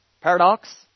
Paradox